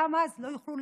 ואז גם לא יוכלו